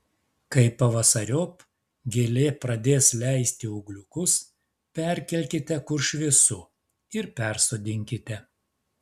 kai pavasariop gėlė pradės leisti ūgliukus perkelkite kur šviesu ir persodinkite